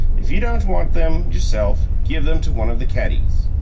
if you don't want them yourself, give them to one of the caddies.